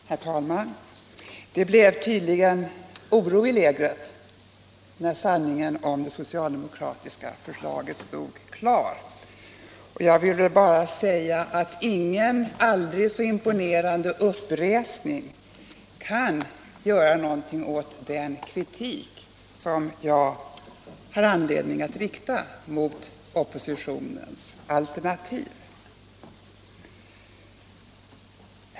Herr talman! Det blev tydligen oro i ledet när sanningen om det socialdemokratiska förslaget stod klar. Men ingen aldrig så imponerande uppresning kan göra någonting åt den kritik som jag har anledning att rikta mot oppositionens alternativ.